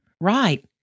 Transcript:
Right